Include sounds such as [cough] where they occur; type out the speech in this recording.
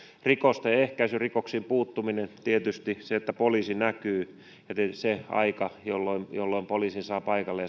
rikosten ehkäisy tietysti rikoksiin puuttuminen se että poliisi näkyy ja tietysti se aika jolloin jolloin poliisin saa paikalle [unintelligible]